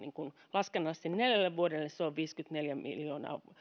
laskennallisesti neljälle vuodelle se on viisikymmentäneljä miljoonaa